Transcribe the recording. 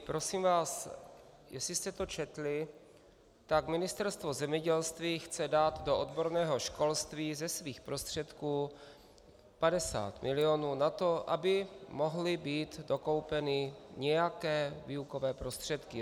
Prosím vás, jestli jste to četli, tak Ministerstvo zemědělství chce dát do odborného školství ze svých prostředků 50 milionů na to, aby mohly být dokoupeny nějaké výukové prostředky.